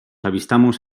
avistamos